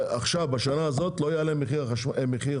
בשנה הזאת לא יעלה מחיר החלב.